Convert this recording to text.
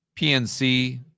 PNC